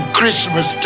Christmas